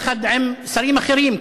יחד עם שרים אחרים?